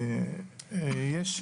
יש,